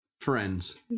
friends